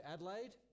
Adelaide